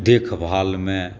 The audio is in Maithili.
देखभालमे